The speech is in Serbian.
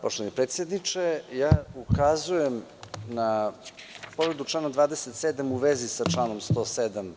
Poštovani predsedniče, ukazujem na povredu člana 27, a u vezi sa članom 107.